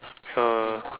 so